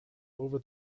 over